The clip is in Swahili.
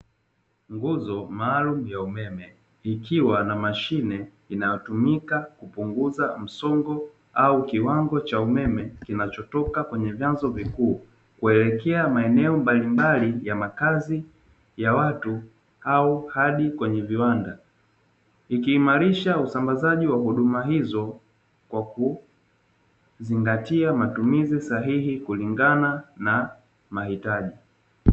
Nguzo maalumu ya umeme, ikiwa na mashine inayotumika kupunguza msongo au kiwango cha umeme, kinachotoka kwenye vyanzo vikuu kuelekea maeneo mbalimbali ya makazi ya watu au hadi kwenye viwanda ikiimarisha usambazaji wa huduma hizo kwa kuzingati matumizi sahihi kulingana na mahitaji.